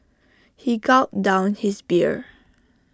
he gulped down his beer